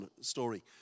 story